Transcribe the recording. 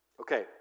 Okay